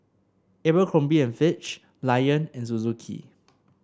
Abercrombie and Fitch Lion and Suzuki